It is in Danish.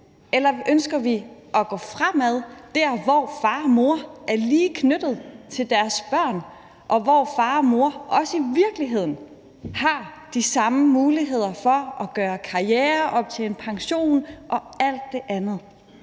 eller ønsker vi at gå fremad til der, hvor far og mor er lige knyttet til deres børn, og hvor far og mor også i virkeligheden har de samme muligheder for at gøre karriere, optjene pension og alt det andet?